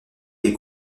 des